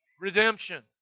Redemption